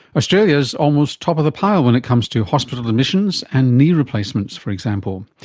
australia's almost top of the pile when it comes to hospital admissions and knee replacements, for example.